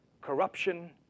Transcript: corruption